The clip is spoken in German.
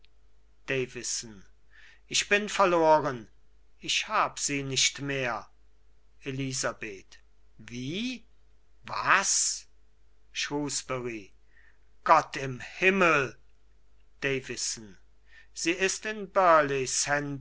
ich bin verloren ich hab sie nicht mehr elisabeth wie was shrewsbury gott im himmel davison sie ist in